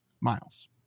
miles